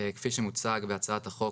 כפי שמוצג בהצעת החוק,